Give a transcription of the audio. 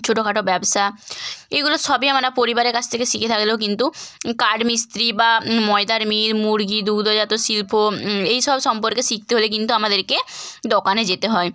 ছোটোখাটো ব্যবসা এগুলো সবই আমরা পরিবারের কাছ থেকে শিখে থাকলেও কিন্তু কাঠ মিস্ত্রি বা ময়দার মেয়ের মুরগি দুগ্ধজাত শিল্প এই সব সম্পর্কে শিখতে হলে কিন্তু আমাদেরকে দোকানে যেতে হয়